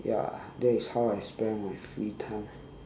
ya that is how I spend my free time